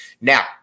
Now